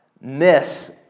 miss